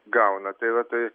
gauna tai va tai